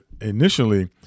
initially